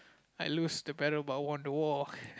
I lose the battle but won the war